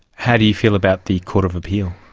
how do you feel about the court of appeal?